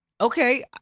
Okay